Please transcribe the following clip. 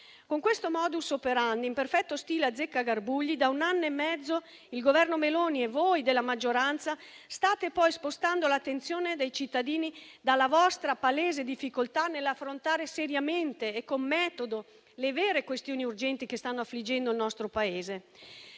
Con questo *modus operandi* in perfetto stile azzeccagarbugli da un anno e mezzo il Governo Meloni e voi della maggioranza state poi spostando l'attenzione dei cittadini dalla vostra palese difficoltà nell'affrontare seriamente e con metodo le vere questioni urgenti che stanno affliggendo il nostro Paese.